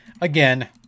again